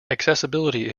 accessibility